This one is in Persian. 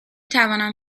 توانم